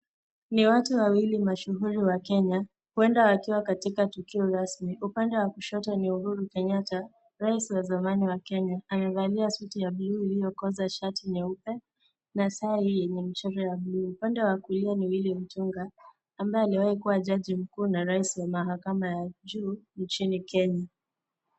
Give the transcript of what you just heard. Ni watu wawili mashuhuri wa Kenya. Huenda wakiwa katika tukio rasmi. Upande wa kushoto ni Uhuru Kenyatta, rais wa zamani wa Kenya. Amevalia suti ya bluu iliyokoza, shati nyeupe na tai yenye mchoro wa bluu. Upande wa kulia ni Willy Mutunga ambaye aliwahi kuwa jaji mkuu na rais wa mahakama ya juu nchini Kenya.